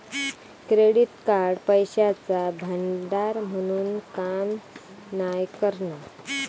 credit card पैशाचा भांडार म्हणून काम नाय करणा